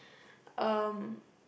um